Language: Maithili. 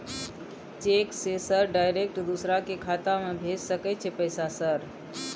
चेक से सर डायरेक्ट दूसरा के खाता में भेज सके छै पैसा सर?